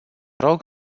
rog